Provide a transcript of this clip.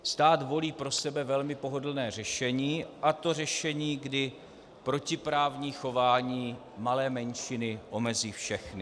Stát volí pro sebe velmi pohodlné řešení, a to řešení, kdy protiprávní chování malé menšiny omezí všechny.